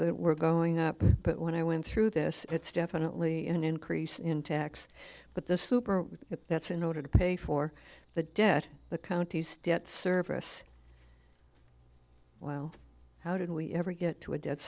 that were going up but when i went through this it's definitely an increase in tax but the super that's in order to pay for the debt the county's debt service well how did we ever get to a de